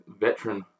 veteran